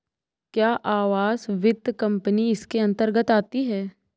क्या आवास वित्त कंपनी इसके अन्तर्गत आती है?